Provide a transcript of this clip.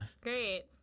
Great